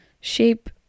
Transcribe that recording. shape